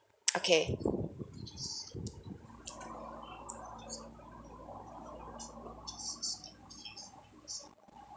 okay